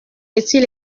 retire